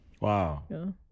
Wow